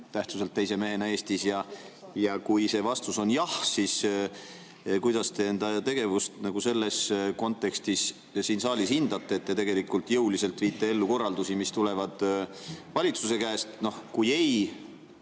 tähtsuselt teise mehena Eestis? Kui vastus on jah, siis kuidas te enda tegevust selles kontekstis siin saalis hindate, et te tegelikult jõuliselt viite ellu korraldusi, mis tulevad valitsuse käest? Kui